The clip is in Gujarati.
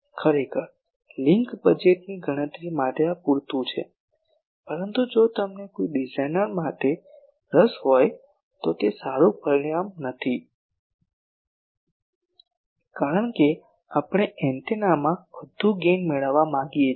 ખરેખર લિન્ક બજેટની ગણતરી માટે આ પૂરતું છે પરંતુ જો તમને કોઈ ડિઝાઇનર માટે રસ હોય તો તે સારું પરિમાણ નથી કારણ કે આપણે એન્ટેનામાં વધુ ગેઇન મેળવવા માંગીએ છીએ